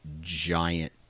giant